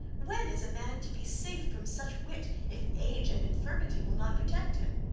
when is a man to be safe from such wit, if age and infirmity will not protect him?